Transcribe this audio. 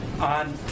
On